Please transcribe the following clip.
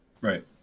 right